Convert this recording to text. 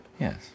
Yes